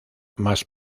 más